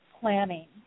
planning